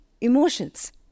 Emotions